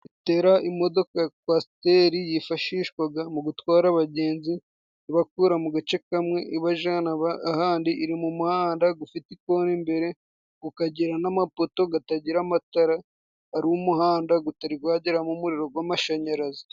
Sitela, imodoka ya kwasiteri yifashishwaga mu gutwara abagenzi, ibakura mu gace kamwe ibajana ahandi, iri mu muhanda gufite ikoni mbere gukagera n'amapoto gatagira amatara ari umuhanda gutari gwageramo amashanyarazi.